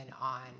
on